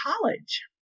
college